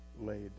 laid